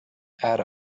add